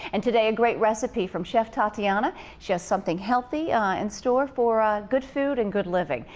and today a great recipe from chef tatiana. she has something healthy in store for ah good food and good living.